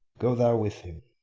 go thou with him,